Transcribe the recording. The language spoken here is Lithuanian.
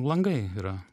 langai yra